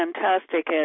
fantastic